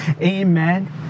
Amen